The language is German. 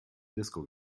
disco